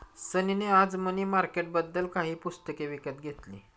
सनी ने आज मनी मार्केटबद्दल काही पुस्तके विकत घेतली